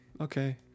okay